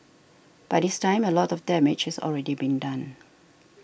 by this time a lot of damage has already been done